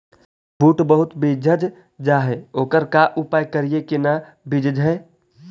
बुट बहुत बिजझ जा हे ओकर का उपाय करियै कि न बिजझे?